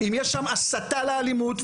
אם יש הסתה לאלימות,